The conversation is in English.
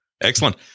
Excellent